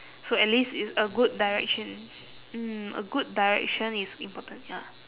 so at least it's a good direction mm a good direction is important ya